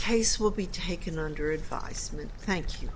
case will be taken under advisement thank you